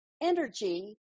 energy